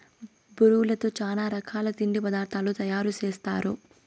బొరుగులతో చానా రకాల తిండి పదార్థాలు తయారు సేస్తారు